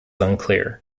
unclear